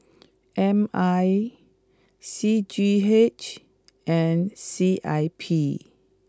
M I C G H and C I P